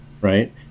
right